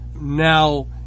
now